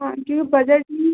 अगर आप जमीन में